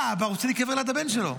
בא אבא, רוצה להיקבר ליד הבן שלו.